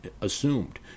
assumed